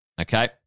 Okay